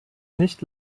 nicht